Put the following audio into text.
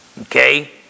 Okay